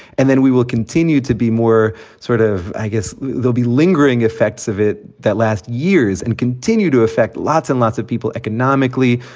and then we will continue to be more sort of i guess there'll be lingering effects of it that last years and continue to affect lots and lots of people economically,